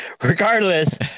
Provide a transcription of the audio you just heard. regardless